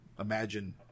imagine